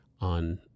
On